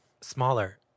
smaller